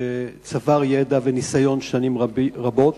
שצבר ידע וניסיון שנים רבות